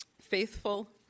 faithful